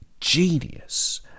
genius